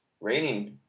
raining